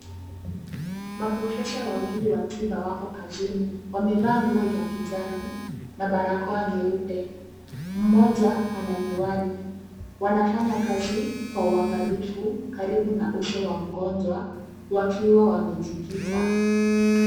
Maprofesa wawili wa tiba wako kazini. Wamevaa nguo za kijani na barakoa nyeupe. Mmoja ana miwani. Wanafanya kazi kwa uangalifu karibu na uso wa mgonjwa wakiwa wamejikita.